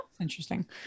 Interesting